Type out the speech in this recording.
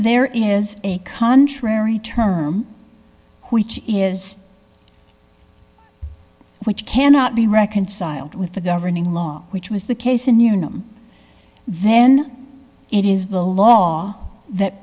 there is a contrary term which is which cannot be reconciled with the governing law which was the case and you know then it is the law that